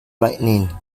lightning